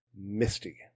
misty